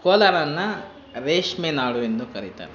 ಕೋಲಾರನ ರೇಷ್ಮೆನಾಡು ಎಂದು ಕರೀತಾರೆ